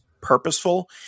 purposeful